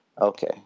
Okay